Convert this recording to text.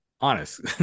honest